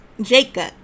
Jacob